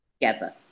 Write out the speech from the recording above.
together